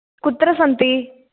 कुत्र सन्ति